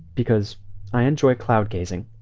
because i enjoy cloud gazing.